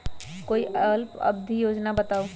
कोई अल्प अवधि योजना बताऊ?